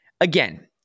again